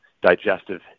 digestive